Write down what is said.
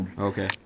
Okay